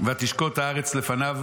ותשקוט הארץ לפניו,